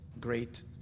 great